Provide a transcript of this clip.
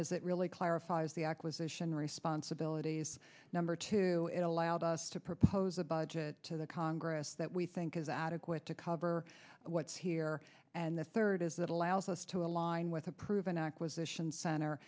is it really clarifies the acquisition responsibilities number two it allowed us to propose a budget to the congress that we think is adequate to cover what's here and the third is that allows us to align with a proven acquisition center